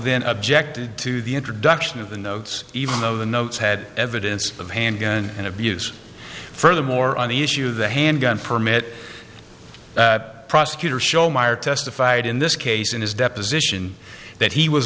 then objected to the introduction of the notes even though the notes had evidence of handgun and abuse furthermore on the issue the handgun permit prosecutor show meyer testified in this case in his deposition that he was